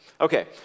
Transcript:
Okay